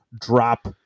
drop